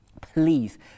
please